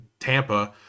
Tampa